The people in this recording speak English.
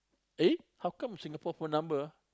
!eh! how come Singapore phone number ah